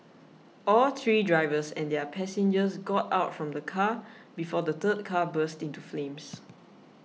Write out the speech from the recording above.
all three drivers and their passengers got out from the car before the third car burst into flames